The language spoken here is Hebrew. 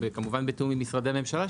כמובן בתיאום עם משרדי הממשלה,